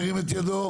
ירים את ידו.